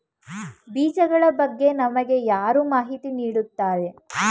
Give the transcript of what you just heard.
ಬೀಜಗಳ ಬಗ್ಗೆ ನಮಗೆ ಯಾರು ಮಾಹಿತಿ ನೀಡುತ್ತಾರೆ?